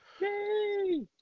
Yay